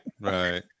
right